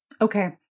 Okay